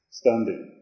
standing